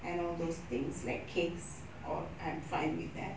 and all those things like cakes all I'm fine with that